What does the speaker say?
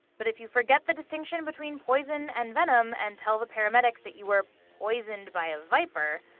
but if you forget the distinction between poison and venom, and tell the parademics that you were poisoned by a viper,